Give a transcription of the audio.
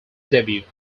debut